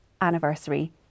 anniversary